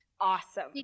Awesome